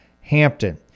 Hampton